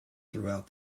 throughout